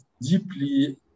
deeply